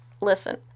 Listen